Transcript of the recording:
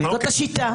זאת השיטה.